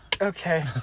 okay